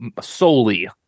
solely